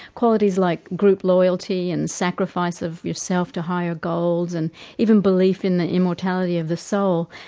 qualities like group loyalty and sacrifice of yourself to higher goals, and even belief in the immortality of the soul,